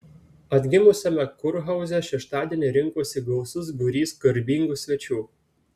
atgimusiame kurhauze šeštadienį rinkosi gausus būrys garbingų svečių